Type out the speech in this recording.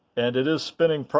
and it is spinning,